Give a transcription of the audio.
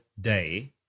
day